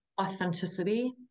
Authenticity